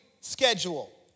schedule